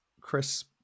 Chris